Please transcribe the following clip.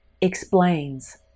explains